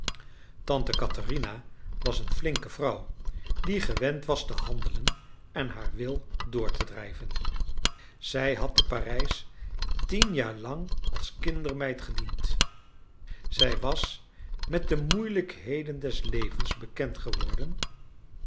tante katherina was een flinke vrouw die gewend was te handelen en haar wil door te drijven zij had te parijs tien jaar lang als kindermeid gediend zij was met de moeilijkheden des levens bekend geworden